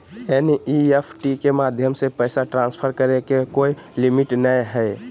NEFT माध्यम से पैसा ट्रांसफर करे के कोय लिमिट नय हय